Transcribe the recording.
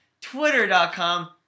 twitter.com